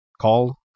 call